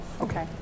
Okay